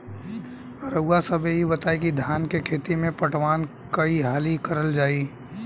रउवा सभे इ बताईं की धान के खेती में पटवान कई हाली करल जाई?